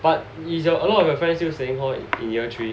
but is your a lot of your friends still staying in the hall in year three